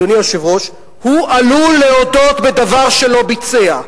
אדוני היושב-ראש, הוא עלול להודות בדבר שלא ביצע.